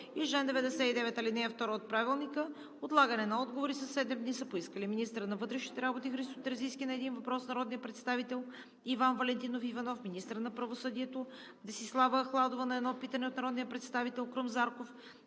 на Народното събрание отлагане на отговори със седем дни са поискали: - министърът на вътрешните работи Христо Терзийски – на един въпрос от народния представител Иван Валентинов Иванов; - министърът на правосъдието Десислава Ахладова – на едно питане от народния представител Крум Зарков;